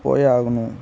போயே ஆகணும்